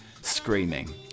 screaming